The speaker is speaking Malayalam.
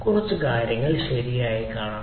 കുറച്ച് കാര്യങ്ങൾ ശരിയായി കാണും